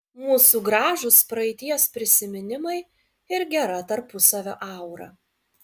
mūsų gražūs praeities prisiminimai ir gera tarpusavio aura